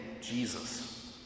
Jesus